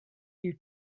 you